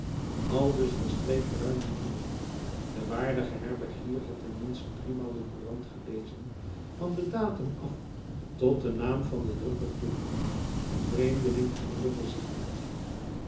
aldus verstreek ruim een uur de waardige herbergier had ten minste driemaal de courant gelezen van den datum af tot den naam van den drukker toe de vreemdeling verroerde zich niet